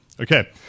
Okay